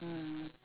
mm